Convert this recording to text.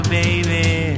baby